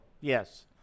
Yes